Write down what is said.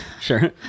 Sure